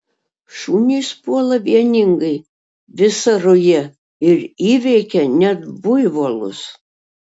šunys puola vieningai visa ruja ir įveikia net buivolus